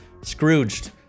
Scrooged